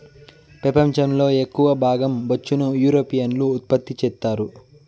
పెపంచం లో ఎక్కవ భాగం బొచ్చును యూరోపియన్లు ఉత్పత్తి చెత్తారు